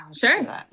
sure